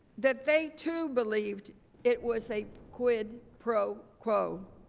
that they too believed it was a quid pro quo,